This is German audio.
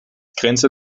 grenze